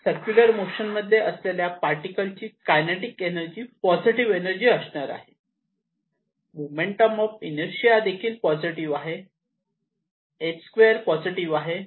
circular motion मध्ये असलेल्या particle ची कायनेटिक एनर्जी पॉझिटिव्ह एनर्जी असणार आहे मोमेंट ऑफ इनर्शिया देखील पॉझिटिव्ह आहे h'2 पॉझिटिव्ह आहे